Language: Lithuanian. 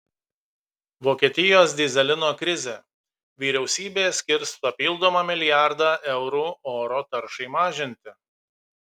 vokietijos dyzelino krizė vyriausybė skirs papildomą milijardą eurų oro taršai mažinti